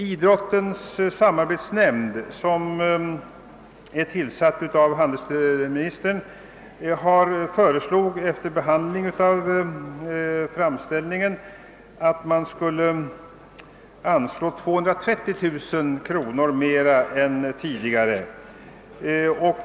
Idrottens samarbetsnämnd, som tillsatts av handelsministern, föreslog efter behandling av framställningen att det skulle anslås 230000 kronor mer än tidigare.